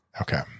Okay